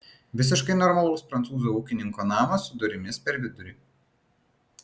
visiškai normalus prancūzo ūkininko namas su durimis per vidurį